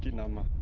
nama.